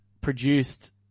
produced